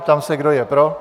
Ptám se, kdo je pro.